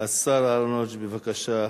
השר אהרונוביץ,